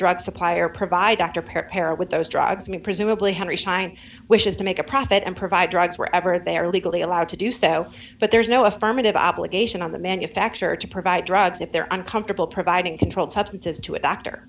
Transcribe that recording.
drug supplier provide dr perel with those drugs i mean presumably henry schein wishes to make a profit and provide drugs wherever they are legally allowed to do so but there is no affirmative obligation on the manufacturer to provide drugs if they're on a comfortable providing controlled substances to a doctor